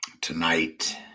Tonight